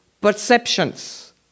perceptions